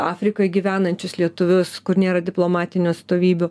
afrikoj gyvenančius lietuvius kur nėra diplomatinių atstovybių